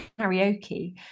karaoke